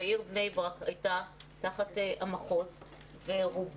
והעיר בני ברק הייתה תחת המחוז ורובה